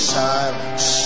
silence